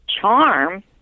Charm